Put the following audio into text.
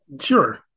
Sure